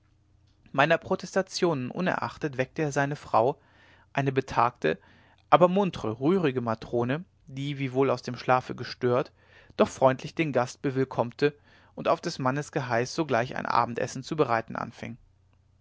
meiner protestationen unerachtet weckte er seine frau eine betagte aber muntre rührige matrone die wiewohl aus dem schlafe gestört doch freundlich den gast bewillkommte und auf des mannes geheiß sogleich ein abendessen zu bereiten anfing